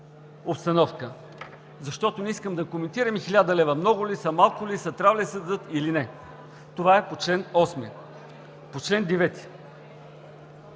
обстановка. Защото не искам да коментирам 1000 лв. много ли са, малко ли са, трябва ли да се дадат или не. Това е по чл. 8. По чл. 9.